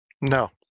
No